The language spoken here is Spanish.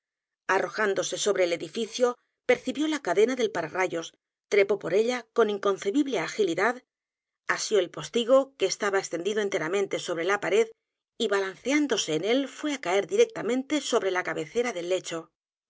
arrojándose sobre el edificio percibió la cadena del pararrayos trepó por ella con inconcebible agilidad asió el postigo que estaba extendido enteramente sobre la pared y balanceándose en él fué á caer directamente sobre la cabecera del lecho